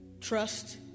Trust